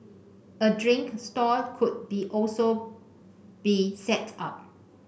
a drink stall could be also be set up